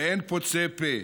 ואין פוצה פה,